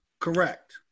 Correct